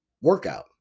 workout